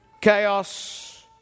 chaos